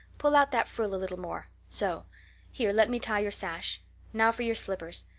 pull out that frill a little more so here, let me tie your sash now for your slippers.